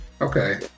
Okay